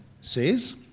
says